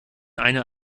eine